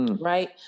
Right